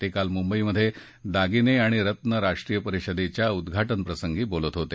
ते काल मुंबईत दागिने आणि रत्न राष्ट्रीय परिषदेच्या उद्वाटन प्रसंगी बोलत होते